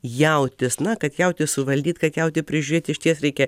jautis na kad jautį suvaldyt kad jautį prižiūrėt išties reikia